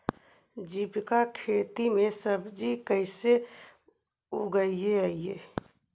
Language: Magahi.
जैविक खेती में सब्जी कैसे उगइअई?